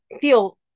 feel